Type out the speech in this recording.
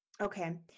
Okay